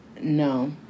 No